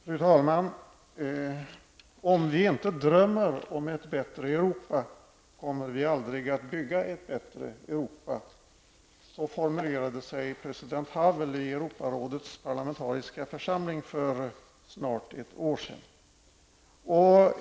Fru talman! Om vi inte drömmer om ett bättre Europa, kommer vi aldrig att bygga ett bättre Europa. Så formulerade sig president Havel i Europarådets parlamentariska församling för snart ett år sedan.